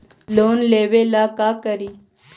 Loan लेबे ला का करि?